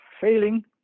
failing